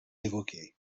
évoqué